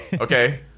okay